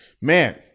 man